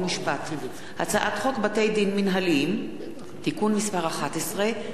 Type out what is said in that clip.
הצעת חוק בתי-דין מינהליים (תיקון מס' 11),